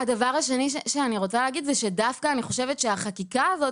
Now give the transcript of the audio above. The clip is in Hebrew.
הדבר השני שאני רוצה להגיד זה שאני חושבת שדווקא החקיקה הזאת